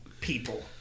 people